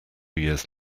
years